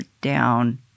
down